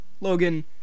Logan